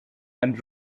and